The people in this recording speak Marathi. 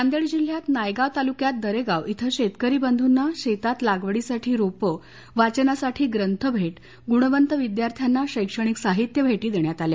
नांदेड जिल्ह्यात नायगाव तालुक्यातील दरेगाव इथ शेतकरी बंधूंना शेतात लागवडीसाठी रोप वाचनासाठी ग्रंथ भेट गुणवंत विद्यार्थ्याना शैक्षणिक साहित्य भेटी देण्यात आल्या